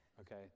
okay